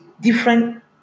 different